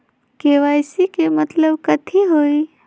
KYC के मतलब कथी होई?